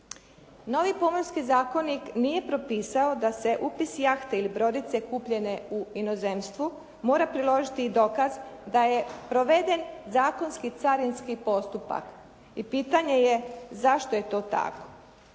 Novi Pomorski zakonik nije propisao da se upis jahte ili brodice kupljene u inozemstvu, mora priložiti i dokaz da je proveden zakonski carinski postupak. I pitanje je, zašto je to tako?